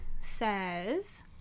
says